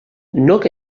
nork